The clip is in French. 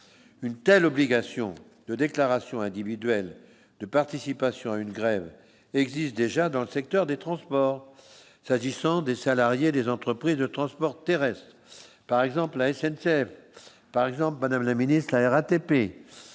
une telle obligation de déclaration individuelle de participation à une grève existe déjà dans le secteur des transports s'agissant des salariés des entreprises de transport terrestre par exemple la SNCF par exemple Madame la ministre de la RATP,